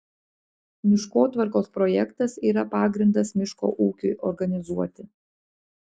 miškotvarkos projektas yra pagrindas miško ūkiui organizuoti